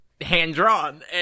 hand-drawn